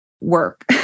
work